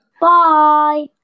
Bye